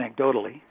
anecdotally